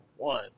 One